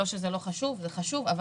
זה חשוב כמובן,